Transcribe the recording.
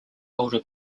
older